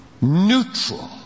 neutral